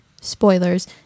spoilers